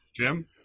Jim